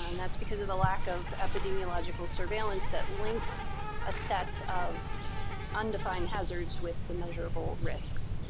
and that's because of a lack of epidemiological surveillance that links a set of undefined hazards with the measurable risks.